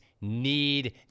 need